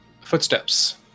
footsteps